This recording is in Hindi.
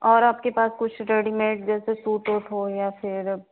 और आपके पास कुछ रेडीमेड जैसे सूट ऊट हो या फिर